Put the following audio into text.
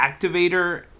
activator